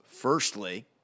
firstly